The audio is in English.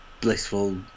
blissful